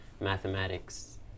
mathematics